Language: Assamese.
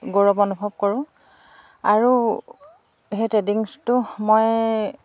গৌৰৱ অনুভৱ কৰোঁ আৰু সেই ট্ৰেডিংছটো মই